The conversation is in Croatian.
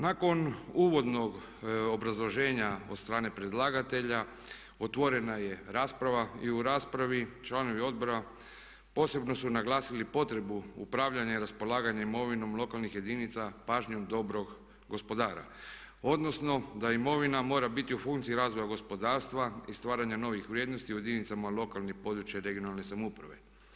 Nakon uvodnog obrazloženja od strane predlagatelja otvorena je rasprava i u raspravi članovi Odbora posebno su naglasili potrebu upravljanja i raspolaganja imovinom lokalnih jedinica pažnjom dobrog gospodara odnosno da imovina mora biti u funkciji razvoja gospodarstva i stvaranja novih vrijednosti u jedinicama lokalne i područne, regionalne samouprave.